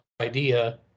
idea